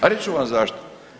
A reći ću vam zašto?